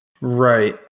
right